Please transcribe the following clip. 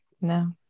No